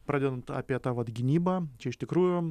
pradedant apie tą vat gynybą čia iš tikrųjų